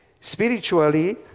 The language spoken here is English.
spiritually